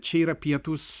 čia yra pietūs